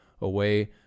away